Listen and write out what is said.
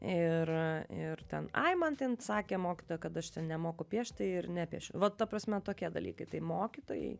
ir ir ten ai man ten sakė mokytoja kad aš nemoku piešti ir nepiešiu va ta prasme tokie dalykai tai mokytojai